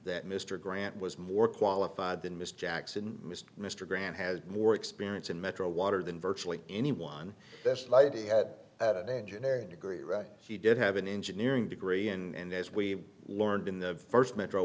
that mr grant was more qualified than mr jackson is mr grant has more experience in metro water than virtually anyone best light he had at an engineering degree right he did have an engineering degree and as we learned in the first metro